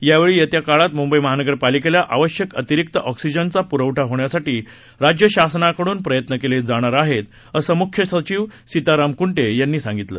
यावेळी येत्या काळात मुंबई महानगरपालिकेला आवश्यक अतिरिक्त ऑक्सिजनचा पुरवठा होण्यासाठी राज्य शासनाकडून प्रयत्न केले जाणार आहेत असं मुख्य सचिव सिताराम कुंटे यांनी सांगितलं